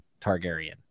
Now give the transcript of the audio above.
Targaryen